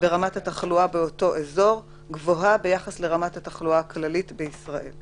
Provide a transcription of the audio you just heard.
ורמת התחלואה באותו אזור גבוהה ביחס לרמת התחלואה הכללית בישראל,